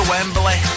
Wembley